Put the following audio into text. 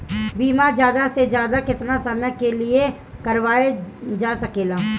बीमा ज्यादा से ज्यादा केतना समय के लिए करवायल जा सकेला?